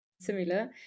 similar